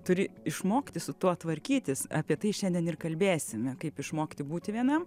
turi išmokti su tuo tvarkytis apie tai šiandien ir kalbėsime kaip išmokti būti vienam